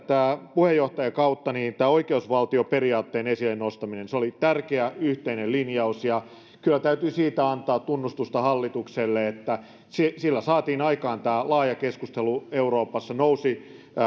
puheenjohtajakautta tämä oikeusvaltioperiaatteen esille nostaminen oli tärkeä yhteinen linjaus ja kyllä täytyy siitä antaa tunnustusta hallitukselle että sillä saatiin aikaan tämä laaja keskustelu euroopassa nousi